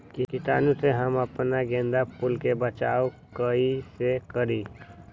कीटाणु से हम अपना गेंदा फूल के बचाओ कई से करी?